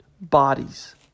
bodies